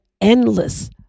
endless